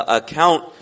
account